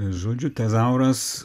žodžiu tezauras